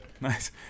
nice